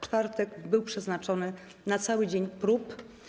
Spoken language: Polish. Czwartek był przeznaczony na cały dzień prób.